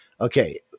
Okay